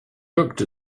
looked